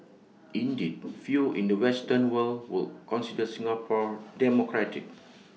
indeed few in the western world would consider Singapore democratic